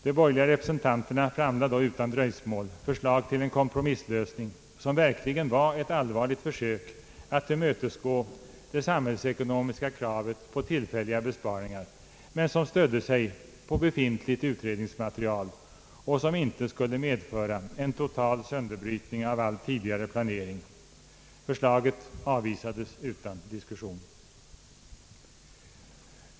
De borgerliga ledamöterna framlade då utan dröjsmål förslag till en kompromisslösning som verkligen var ett allvarligt försök att tillmötesgå de samhällsekonomiska kraven på tillfälliga besparingar men som stödde sig på befintligt utredningsmaterial och inte skulle medföra en total sönderbrytning av all tidigare planering. Förslaget avvisades utan diskussion.